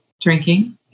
Drinking